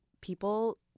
people